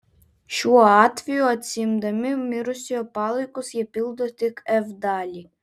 šiuo atveju atsiimdami mirusiojo palaikus jie pildo tik f dalį